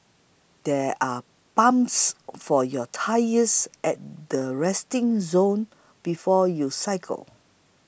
there are pumps for your tyres at the resting zone before you cycle